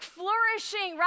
flourishing